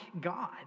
God